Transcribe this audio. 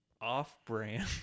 off-brand